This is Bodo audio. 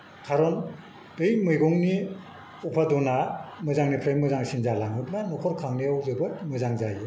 कारन बै मैगंनि उपादना मोजांनिख्रुइ मोजांसिन जालाङोब्ला न'खर खांनायाव जोबोद मोजां जायो